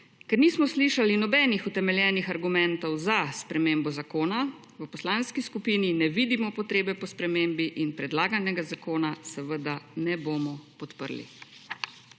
Ker nismo slišali nobenih utemeljenih argumentov za spremembo zakona, v poslanski skupini ne vidimo potrebe po spremembi in predlaganega zakona seveda ne bomo podprli.